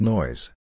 Noise